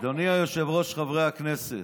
אדוני היושב-ראש, חברי הכנסת,